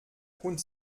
hund